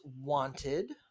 wanted